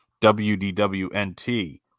wdwnt